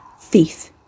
Thief